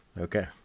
okay